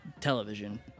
television